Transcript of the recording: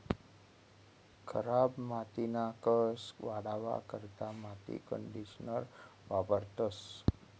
खराब मातीना कस वाढावा करता माती कंडीशनर वापरतंस